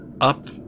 up